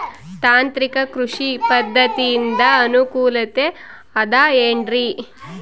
ತಾಂತ್ರಿಕ ಕೃಷಿ ಪದ್ಧತಿಯಿಂದ ಅನುಕೂಲತೆ ಅದ ಏನ್ರಿ?